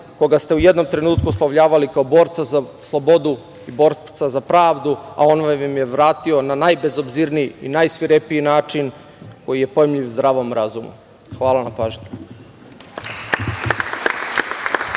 koga ste u jednom trenutku oslovljavali kao borca za slobodu, borca za pravdu, a on vam je vratio na najbezobzirniji i najsvirepiji način koji je nepojmljiv i zdravom razumu. Hvala vam na pažnji.